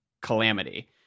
calamity